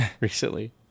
recently